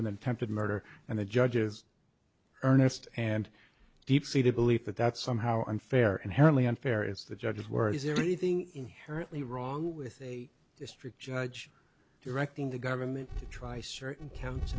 attempted murder and the judge's earnest and deep seated belief that that's somehow unfair inherently unfair it's the judge's where is there anything inherently wrong with a district judge directing the government to try certain counts